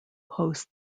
host